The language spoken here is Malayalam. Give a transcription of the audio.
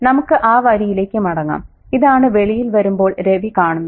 നമുക്ക് ആ വരിയിലേക്ക് മടങ്ങാം ഇതാണ് വെളിയിൽ വരുമ്പോൾ രവി കാണുന്നത്